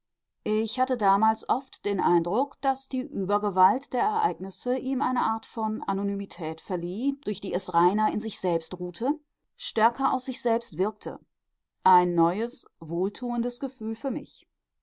ich hatte damals oft den eindruck daß die übergewalt der ereignisse ihm eine art von anonymität verlieh durch die es reiner in sich selbst ruhte stärker aus sich selbst wirkte ein neues wohltuendes gefühl für mich